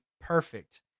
perfect